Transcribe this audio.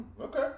Okay